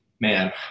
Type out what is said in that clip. man